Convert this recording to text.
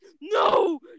no